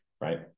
right